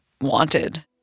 wanted